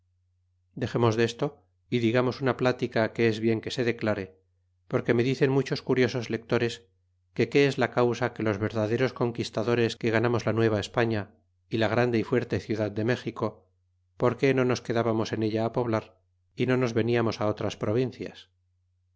dexemos desto y digamos una plática que es bien que se declare porque me dicen muchos curiosos lectores que qué es la causa que los verdaderos conquistadores que ganamos la nueva españa y la grande y fuerte ciudad de méxico por que no nos quedábamos en ella poblar y no nos veniamos otras provincias